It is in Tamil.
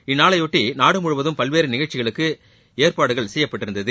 இந்நாளையொட்டி நாடு முழுவதும் பல்வேறு நிகழ்ச்சிகளுக்கு ஏற்பாடுகள் செய்யப்பட்டிருந்தது